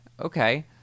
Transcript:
okay